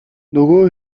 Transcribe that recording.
нөгөө